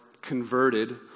converted